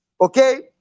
okay